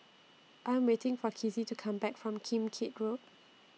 I Am waiting For Kizzy to Come Back from Kim Keat Road